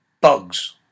bugs